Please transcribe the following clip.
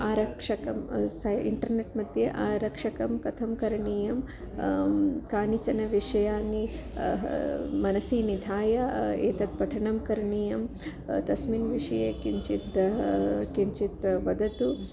आरक्षकः स इण्टर्नेट् मध्ये आरक्षकः कथं करणीयं कानिचन विषयानि ह मनसि निधाय एतत् पठनं करणीयं तस्मिन् विषये किञ्चिद् किञ्चित् वदतु